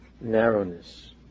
narrowness